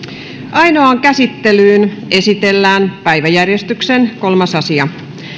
ainoaan käsittelyyn esitellään päiväjärjestyksen kolmas asia